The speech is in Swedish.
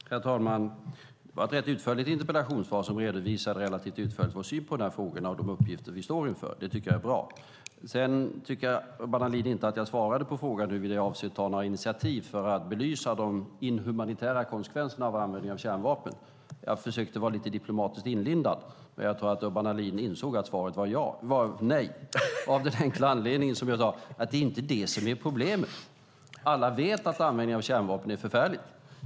Herr talman! Det var ett rätt utförligt interpellationssvar som redovisade relativt utförligt vår syn på de här frågorna och de uppgifter vi står inför. Det tycker jag är bra. Sedan tycker Urban Ahlin inte att jag svarade på frågan om huruvida jag avser att ta några initiativ för att belysa de inhumanitära konsekvenserna av användningen av kärnvapen. Jag försökte vara lite diplomatiskt inlindad. Jag tror att Urban Ahlin insåg att svaret var nej, av den enkla anledningen, som jag sade, att det inte är det som är problemet. Alla vet att användning av kärnvapen är förfärligt.